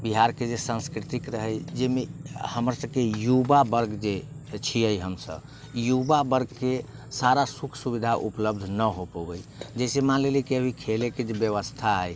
बिहारके जे संस्कृतिक रहै जाहिमे हमर सबके युवा वर्ग जे छियै हमसब युवा वर्गके सारा सुख सुविधा उपलब्ध नहि हो पबै जैसे मानि लेले अभी खेलैके जे व्यवस्था हय ओइमे